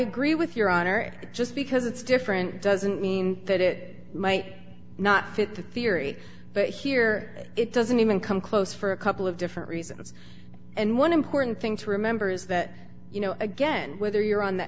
agree with your honor it just because it's different doesn't mean that it might not fit the theory but here it doesn't even come close for a couple of different reasons and one important thing to remember is that you know again whether you're on the